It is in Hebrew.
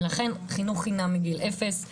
ולכן חינוך חינם מגיל אפס,